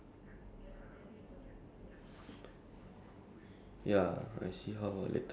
ya then some more I have to change I have to be there by six